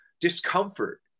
discomfort